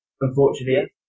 Unfortunately